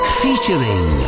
featuring